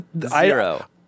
Zero